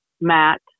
Matt